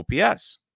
OPS